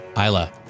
Isla